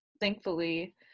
thankfully